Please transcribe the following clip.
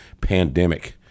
pandemic